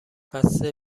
بسته